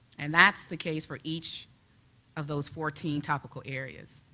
and that's the case for each of those fourteen topical areas.